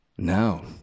No